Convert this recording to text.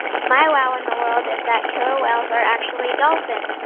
my wow in the world is that killer whales are actually dolphins.